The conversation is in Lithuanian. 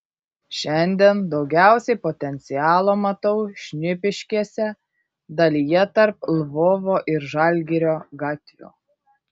šiandien daugiausiai potencialo matau šnipiškėse dalyje tarp lvovo ir žalgirio gatvių